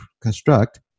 construct